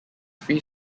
free